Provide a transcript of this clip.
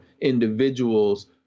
individuals